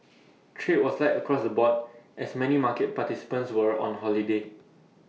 trade was light across the board as many market participants were on holiday